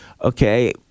Okay